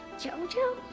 jojo?